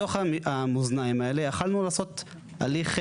בתוך המאזניים האלה יכולנו לעשות הליך,